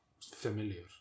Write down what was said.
familiar